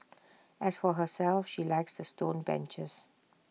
as for herself she likes the stone benches